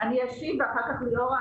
אני אשיב ואחר-כך ליאורה,